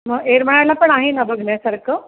मग येरमाळ्याला पण आहे ना बघण्यासारखं